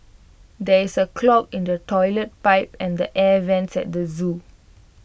there is A clog in the Toilet Pipe and the air Vents at the Zoo